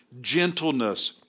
gentleness